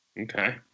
Okay